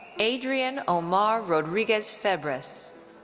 adrian omar rodriques-febres.